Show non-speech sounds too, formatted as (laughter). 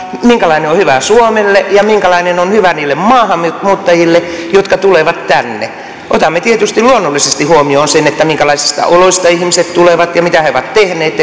minkälainen on hyvää suomelle ja minkälainen on hyvää niille maahanmuuttajille jotka tulevat tänne otamme tietysti luonnollisesti huomioon sen minkälaisista oloista ihmiset tulevat ja mitä he ovat tehneet (unintelligible)